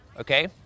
okay